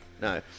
no